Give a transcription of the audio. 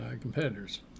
competitors